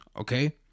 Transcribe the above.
okay